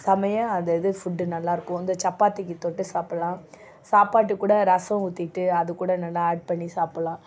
செம்மையாக அது இது ஃபுட்டு நல்லாயிருக்கும் இந்த சப்பாத்திக்கு தொட்டு சாப்பிடலாம் சாப்பாட்டுக்குக் கூட ரசம் ஊற்றிட்டு அது கூட நல்லா ஆட் பண்ணி சாப்பிடலாம்